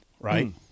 Right